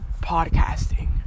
podcasting